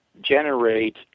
generate